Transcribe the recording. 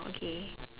okay